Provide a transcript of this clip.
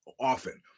often